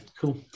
cool